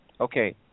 Okay